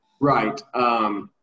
Right